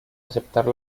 aceptar